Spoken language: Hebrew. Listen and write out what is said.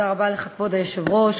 כבוד היושב-ראש,